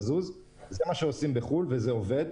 זה מה שעושים בחו"ל וזה עובד.